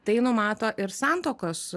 tai numato ir santuokos